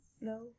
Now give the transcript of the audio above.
No